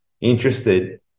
interested